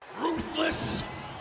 Ruthless